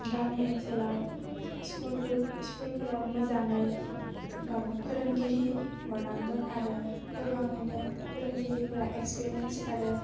गामि ओनसोलाव स्कुलफोर स्कुलफोराव मोजाङै फोरोंगिरि हरनांगोन आरो गोबाङैनो फोरोंगिरिफोरा एक्सपिरियेन्स आरो